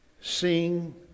Sing